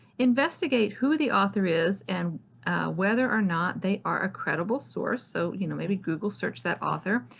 investigate who the author is and whether or not they are a credible source. so you know maybe google search that author.